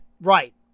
Right